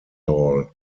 hall